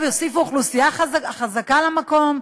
עכשיו יוסיפו אוכלוסייה חזקה למקום,